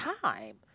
time